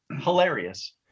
hilarious